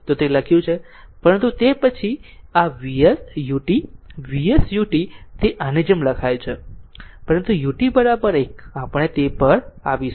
પરંતુ તે પછી આ Vs ut Vs ut તે આની જેમ લખાયેલું છે પરંતુ ut 1 આપણે તે પર આવીશું